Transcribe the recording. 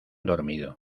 dormido